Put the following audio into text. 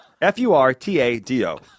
F-U-R-T-A-D-O